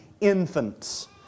infants